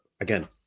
again